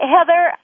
Heather